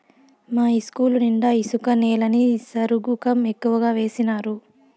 మా ఇస్కూలు నిండా ఇసుక నేలని సరుగుకం ఎక్కువగా వేసినారు